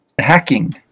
hacking